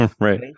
right